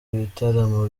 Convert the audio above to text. ibitaramo